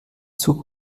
zug